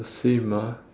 the same ah